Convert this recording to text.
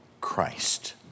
Christ